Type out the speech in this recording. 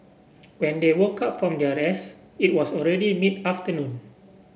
when they woke up from their rest it was already mid afternoon